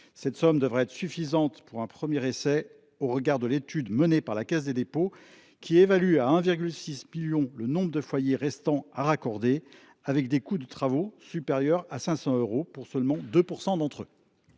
Cette somme devrait être suffisante pour un premier essai, au regard de l’étude menée par la Caisse des dépôts et consignations, qui évalue à 1,6 million le nombre de foyers restant à raccorder, avec des coûts de travaux supérieurs à 500 euros pour seulement 2 % d’entre eux.